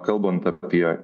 kalbant apie